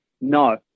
No